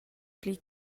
pli